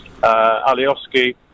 Alioski